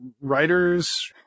writers